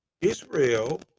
Israel